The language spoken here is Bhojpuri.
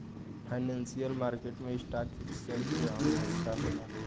फाइनेंशियल मार्केट में स्टॉक एक्सचेंज के अहम भूमिका होला